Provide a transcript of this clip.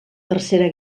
tercera